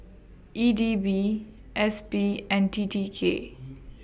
E D B S P and T T K